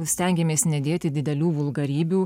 stengiamės nedėti didelių vulgarybių